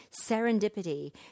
serendipity